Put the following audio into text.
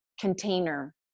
container